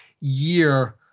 year